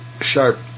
sharp